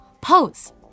pose